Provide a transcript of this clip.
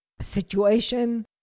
situation